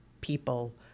people